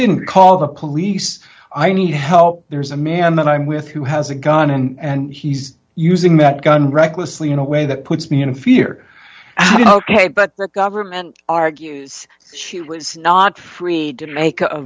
didn't call the police i need help there's a man that i'm with who has a gun and he's using that gun recklessly in a way that puts me in fear ok but the government argues she was not free to make a